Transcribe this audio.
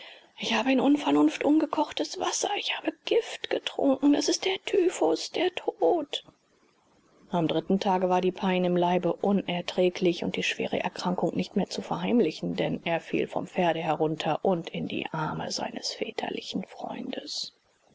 ich habe in unvernunft ungekochtes wasser ich habe gift getrunken das ist der typhus der tod am dritten tage war die pein im leibe unerträglich und die schwere erkrankung nicht mehr zu verheimlichen denn er fiel vom pferde herunter und in die arme seines väterlichen freundes